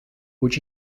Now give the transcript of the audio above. would